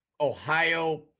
Ohio